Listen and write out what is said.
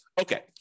Okay